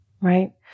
right